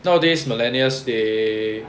nowadays millennia they